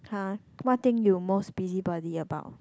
!huh! what thing you most busybody about